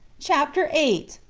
chapter eight.